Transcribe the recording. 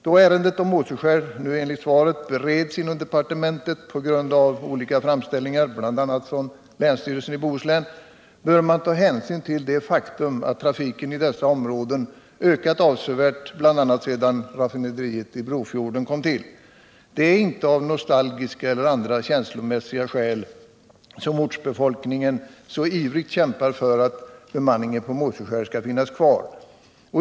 Då ärendet om Måseskär nu enligt svaret bereds inom departementet på grund av de olika framställningarna, bl.a. från länsstyrelsen i Göteborgs och Bohus län, bör man ta hänsyn till det faktum att trafiken i dessa områden ökat avsevärt, bl.a. sedan raffinaderiet i Brofjorden kom till. Det är inte av nostalgiska eller andra känslomässiga skäl som ortsbefolkningen så ivrigt kämpar för att bemanningen på Måseskär skall finnas kvar.